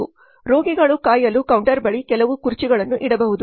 ರೋಗಿಗಳು ಕಾಯಲು ಕೌಂಟರ್ ಬಳಿ ಕೆಲವು ಕುರ್ಚಿಗಳನ್ನು ಇಡಬಹುದು